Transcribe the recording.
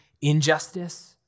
injustice